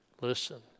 Listen